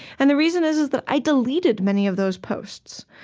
and the reason is, is that i deleted many of those posts.